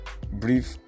brief